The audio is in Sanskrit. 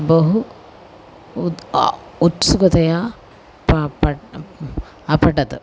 बहु उत् उत्सुकतया प पठ अपठत्